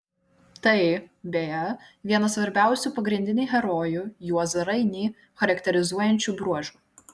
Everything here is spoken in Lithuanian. tai beje vienas svarbiausių pagrindinį herojų juozą rainį charakterizuojančių bruožų